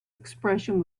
expression